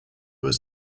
was